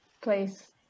place